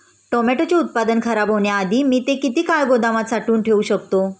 टोमॅटोचे उत्पादन खराब होण्याआधी मी ते किती काळ गोदामात साठवून ठेऊ शकतो?